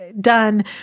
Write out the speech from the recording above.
done